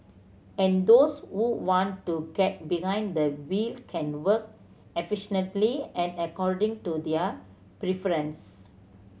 and those who want to get behind the wheel can work and according to their preference